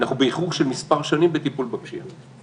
אנחנו באיחור של מספר שנים בטיפול בפשיעה.